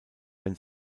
wenn